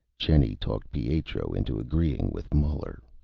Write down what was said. jenny talked pietro into agreeing with muller.